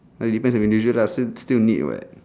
!huh! depends on individual lah still still need [what]